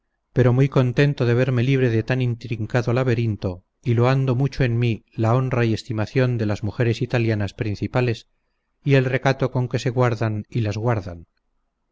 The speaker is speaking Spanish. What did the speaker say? pero muy contento de verme libre de tan intrincado laberinto y loando mucho en mí la honra y estimación de las mujeres italianas principales y el recato con que se guardan y las guardan